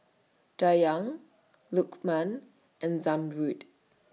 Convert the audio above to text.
Dayang Lukman and Zamrud